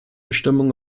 bestimmungen